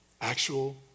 Actual